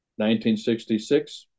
1966